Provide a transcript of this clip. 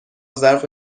ظرف